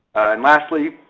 and lastly,